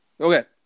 Okay